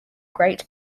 great